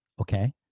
Okay